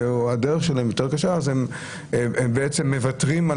הדרך שלהם יותר קשה אז הם בעצם מוותרים על